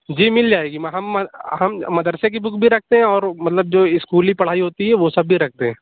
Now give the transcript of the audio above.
جی مل جائے گی ہم مدرسے کی بک بھی رکھتے ہیں اور مطلب جو اسکولی پڑھائی ہوتی ہے وہ سب بھی رکھتے ہیں